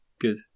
good